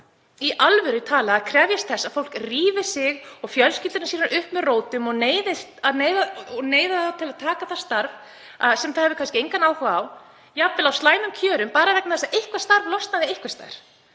í alvöru talað að krefjast þess að fólk rífi sig og fjölskyldur sínar upp með rótum og neyða það til að taka starf sem það hefur kannski engan áhuga á, jafnvel á slæmum kjörin, bara vegna þess að eitthvert starf losnaði einhvers staðar?